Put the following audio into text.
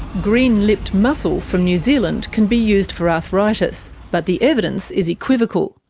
green-lipped mussel from new zealand can be used for arthritis, but the evidence is equivocal.